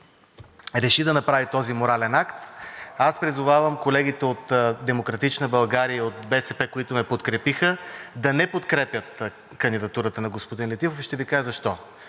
реши да направи този морален акт, аз призовавам колегите от „Демократична България“ и от БСП, които ме подкрепиха, да не подкрепят кандидатурата на господин Летифов и ще Ви кажа защо.